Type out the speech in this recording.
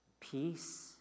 peace